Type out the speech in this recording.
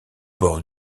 bord